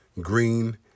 green